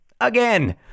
again